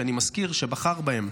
שאני מזכיר שהוא בחר בהם.